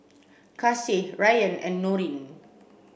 Kasih Rayyan and Nurin